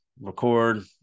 record